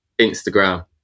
Instagram